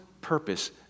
purpose